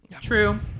True